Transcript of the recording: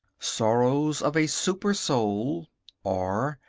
sorrows of a super soul or,